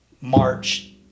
march